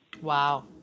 Wow